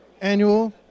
annual